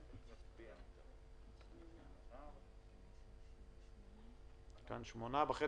מי